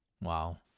Wow